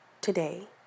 today